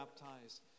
baptized